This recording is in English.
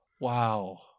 Wow